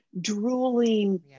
drooling